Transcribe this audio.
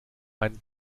ein